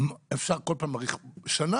אפשר כל פעם להאריך בשנה,